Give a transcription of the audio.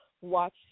watch